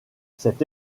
cette